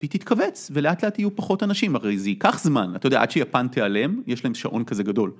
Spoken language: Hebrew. היא תתכווץ, ולאט לאט יהיו פחות אנשים, הרי זה ייקח זמן, אתה יודע, עד שיפן תיעלם, יש להם שעון כזה גדול.